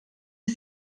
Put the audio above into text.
ich